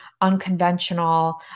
unconventional